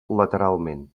lateralment